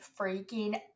freaking